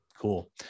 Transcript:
Cool